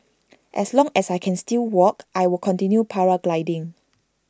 as long as I can still walk I will continue paragliding